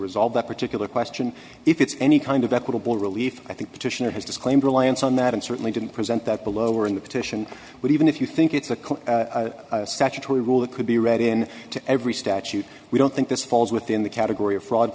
resolve that particular question if it's any kind of equitable relief i think petitioner has disclaimed reliance on that and certainly didn't present that below or in the petition but even if you think it's a statutory rule that could be read in to every statute we don't think this falls within the category of fraud